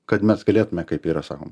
kad mes galėtume kaip yra sakom